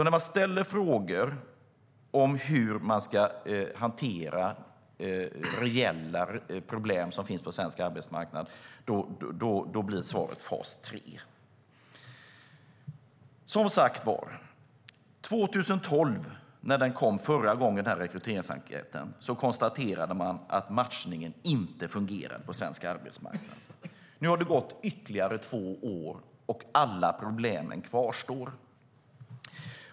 När vi ställer frågor om hur man ska hantera reella problem som finns på svensk arbetsmarknad blir svaret alltså fas 3. Som sagt: År 2012, när rekryteringsenkäten kom förra gången, konstaterade man att matchningen inte fungerade på svensk arbetsmarknad. Nu har det gått ytterligare två år, och alla problem kvarstår.